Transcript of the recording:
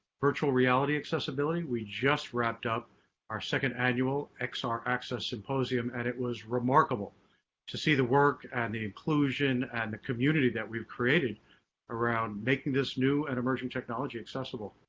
virtual reality accessibility. we just wrapped up our second annual xr ah access symposium and it was remarkable to see the work and the inclusion and the community that we created around making this new and emerging technology accessible.